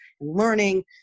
learning